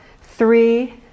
three